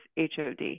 HOD